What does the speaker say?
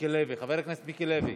חבר הכנסת מיקי לוי,